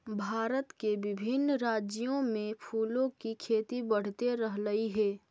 भारत के विभिन्न राज्यों में फूलों की खेती बढ़ते रहलइ हे